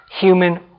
human